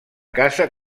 casa